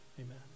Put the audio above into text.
Amen